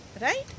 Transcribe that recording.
right